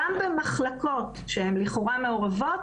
גם במחלקות שהן לכאורה מעורבות,